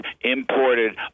imported